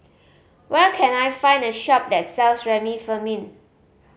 where can I find a shop that sells Remifemin